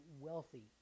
wealthy